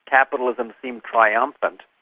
capitalism seemed triumphant,